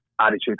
attitude